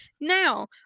now